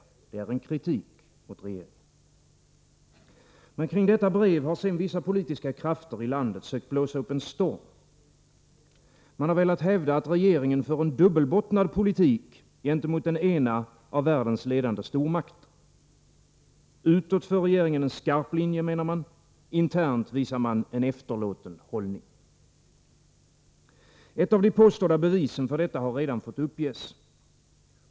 Det är en kritik mot regeringen. Men kring detta brev har sedan vissa politiska krafter i landet sökt blåsa upp en storm. Man har velat hävda, att regeringen för en dubbelbottnad politik gentemot den ena av världens ledande stormakter. Utåt för regeringen en skarp linje, menar man, internt visar man en efterlåten hållning. Ett av de påstådda bevisen för detta har redan fått uppges.